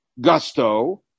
gusto